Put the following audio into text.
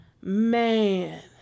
Man